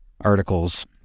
articles